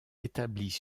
établies